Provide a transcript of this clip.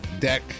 deck